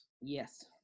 Yes